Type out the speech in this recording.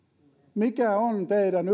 mikä on teidän